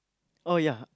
oh ya